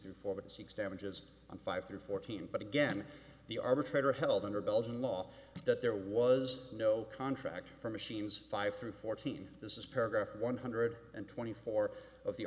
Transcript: forfeit six damages on five hundred fourteen but again the arbitrator held under belgian law that there was no contract for machines five through fourteen this is paragraph one hundred and twenty four of the